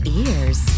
ears